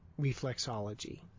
reflexology